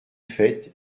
faite